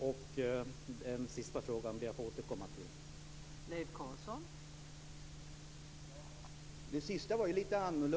Jag ber att få återkomma till den sista frågan.